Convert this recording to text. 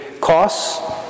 costs